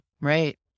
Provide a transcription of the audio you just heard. Right